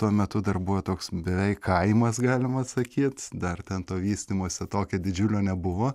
tuo metu dar buvo toks beveik kaimas galima sakyt dar ten to vystymosi tokio didžiulio nebuvo